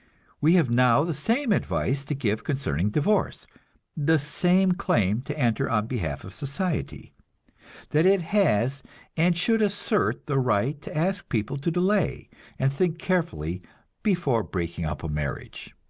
we have now the same advice to give concerning divorce the same claim to enter on behalf of society that it has and should assert the right to ask people to delay and think carefully before breaking up a marriage.